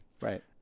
Right